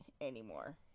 anymore